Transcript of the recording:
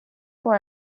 for